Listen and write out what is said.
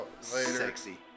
Sexy